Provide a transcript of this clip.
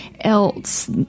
else